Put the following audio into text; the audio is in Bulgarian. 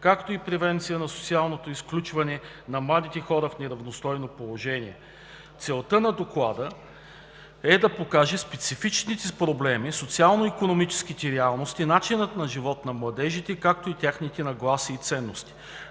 както и превенция на социалното изключване на младите хора в неравностойно положение. Целта на Доклада е да покаже специфичните проблеми, социално-икономическите реалности, начинът на живот на младежите, както и техните нагласи и ценности.